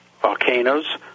volcanoes